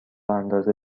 اندازه